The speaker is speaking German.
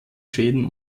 schäden